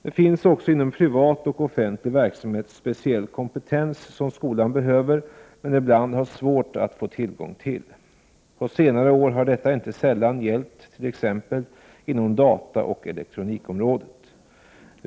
Det finns också inom privat och offentlig verksamhet speciell kompetens som skolan behöver men ibland har svårt att få tillgång till. På senare år har detta inte sällan gällt t.ex. inom dataoch elektronikområdet.